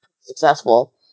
successful